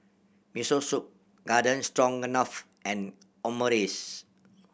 Miso Soup Garden Stroganoff and Omurice